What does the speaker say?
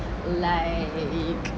like